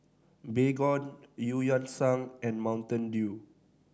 Baygon Eu Yan Sang and Mountain Dew